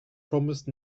promised